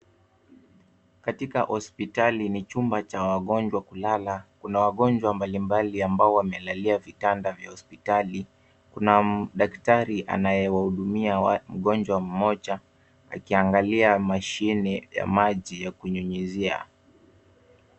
Katika hospitali ni chumba cha wagonjwa kulala. Kuna wagonjwa mbalimbali ambao wamelalia vitanda vya hospitali. Kuna daktari anaye wahudumia mgonjwa mmoja, akiangalia mashine ya maji, ya kunyunyizia.